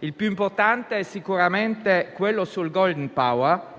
La più importante è sicuramente quella sul *golden power,*